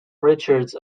richards